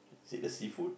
is it the seafood